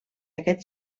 aquest